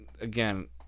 again